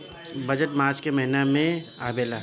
budget March के महिना में आवेला